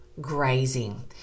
grazing